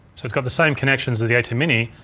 so it's got the same connections as the atem mini,